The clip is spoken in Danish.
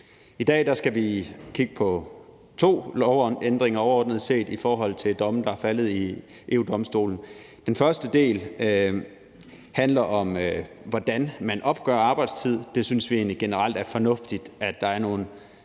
I dag skal vi kigge på to lovændringer overordnet set i forhold til domme, der er faldet ved EU-Domstolen. Den første del handler om, hvordan man opgør arbejdstid. Der synes vi egentlig generelt, at det er fornuftigt, at der er nogle